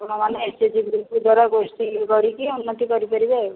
ଆପଣମାନେ ଏସଏଚଜି ଗୃପଦ୍ୱାରା ଗୋଷ୍ଠୀ କରିକି ଉନ୍ନତି କରିପାରିବେ ଆଉ